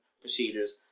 procedures